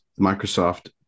Microsoft